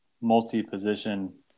multi-position